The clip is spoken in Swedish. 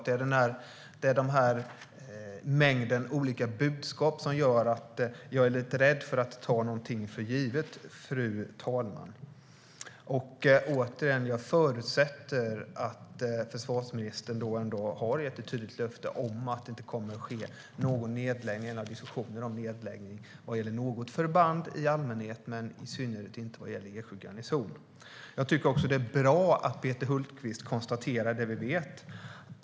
Det är mängden olika budskap som gör att jag är lite rädd för att ta någonting för givet, fru talman. Återigen: Jag förutsätter att försvarsministern har gett ett tydligt löfte om att det inte kommer att ske någon nedläggning eller diskussioner om nedläggning av något förband i allmänhet och i synnerhet inte vad gäller Eksjö garnison. Det är också bra att Peter Hultqvist konstaterade det vi vet.